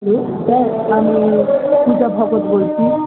hello sir আমি রীতা ভগত বলছি